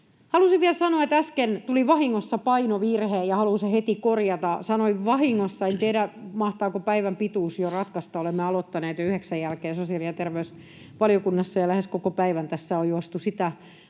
Halusin vielä sanoa, että äsken tuli vahingossa painovirhe, ja haluan sen heti korjata. Sanoin vahingossa — en tiedä, mahtaako päivän pituus jo ratkaista, olemme aloittaneet jo yhdeksän jälkeen sosiaali‑ ja terveysvaliokunnassa, ja lähes koko päivä tässä on juostu sitä